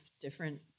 different